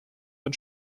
den